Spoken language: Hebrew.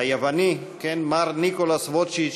היוונית, מר ניקולס ווצ'יץ.